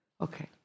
Okay